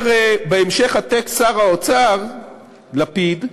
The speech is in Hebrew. אומר בהמשך הטקסט שר האוצר לפיד: